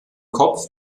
kopf